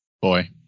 Boy